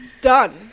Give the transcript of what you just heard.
Done